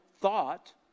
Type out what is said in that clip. thought